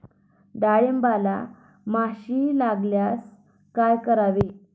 डाळींबाला माशी लागल्यास काय करावे?